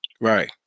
Right